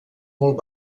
molt